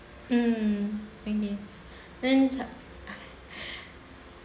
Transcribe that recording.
um then jap